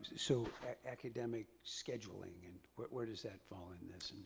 so academic scheduling, and where where does that fall in this?